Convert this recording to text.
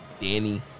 Danny